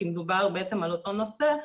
כי מדובר בעצם על אותו נושא,